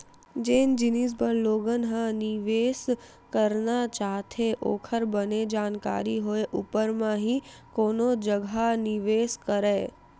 जेन जिनिस बर लोगन ह निवेस करना चाहथे ओखर बने जानकारी होय ऊपर म ही कोनो जघा निवेस करय